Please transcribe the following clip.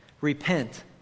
Repent